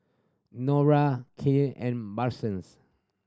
Norah K and Bransons